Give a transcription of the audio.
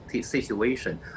situation